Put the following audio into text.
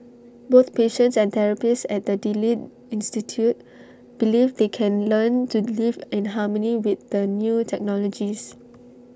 both patients and therapists at the delete institute believe they can learn to live in harmony with the new technologies